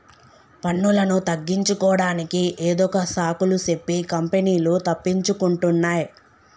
పన్నులను తగ్గించుకోడానికి ఏదొక సాకులు సెప్పి కంపెనీలు తప్పించుకుంటున్నాయ్